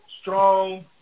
strong –